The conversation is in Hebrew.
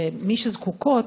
שמי שזקוקות,